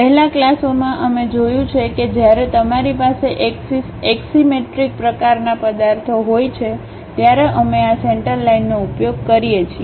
પહેલાનાં ક્લાસોમાં અમે જોયું છે કે જ્યારે તમારી પાસે એક્સિસ એક્સીમેટ્રિક પ્રકારના પદાર્થો હોય છે ત્યારે અમે આ સેન્ટર લાઇન નો ઉપયોગ કરીએ છીએ